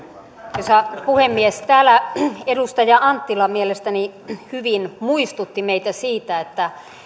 arvoisa puhemies täällä edustaja anttila mielestäni hyvin muistutti meitä siitä että